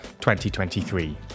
2023